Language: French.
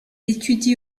étudie